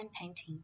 painting